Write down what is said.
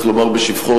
צריך לומר בשבחו,